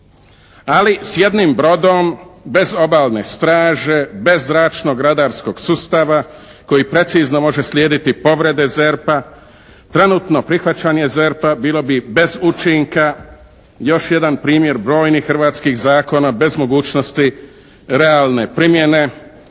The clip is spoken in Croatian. Ali s jednim brodom bez obalne straže, bez zračnog radarskog sustava koji precizno može slijediti povrede ZERP-a, trenutno prihvaćanje ZERP-a bilo bi bez učinka, još jedan primjer brojnih hrvatskih zakona bez mogućnosti realne primjene,